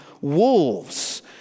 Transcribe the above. wolves